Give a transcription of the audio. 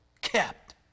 Kept